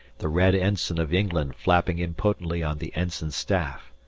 the red ensign of england flapping impotently on the ensign staff.